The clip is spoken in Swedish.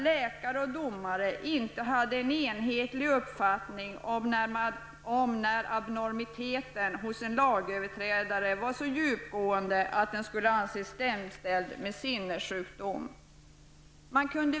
Läkare och domare hade inte en enhetlig uppfattning om när abnormiteten hos en lagöverträdare var så djupgående att den skulle anses jämställd med sinnessjukdom.